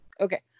okay